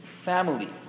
family